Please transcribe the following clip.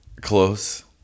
Close